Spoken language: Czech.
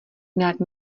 nad